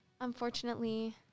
unfortunately